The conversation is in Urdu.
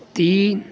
تین